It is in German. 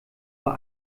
war